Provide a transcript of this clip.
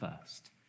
first